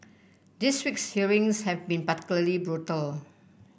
this week's hearings have been particularly brutal